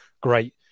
great